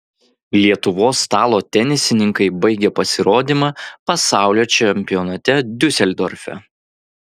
lietuvos stalo tenisininkai baigė pasirodymą pasaulio čempionate diuseldorfe